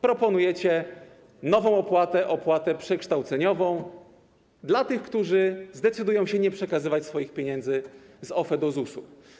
Proponujecie nową opłatę, opłatę przekształceniową, dla tych, którzy zdecydują się nie przekazywać swoich pieniędzy z OFE do ZUS.